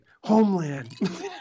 homeland